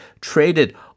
traded